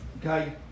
Okay